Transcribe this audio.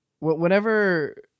whenever